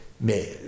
Mais